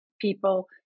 people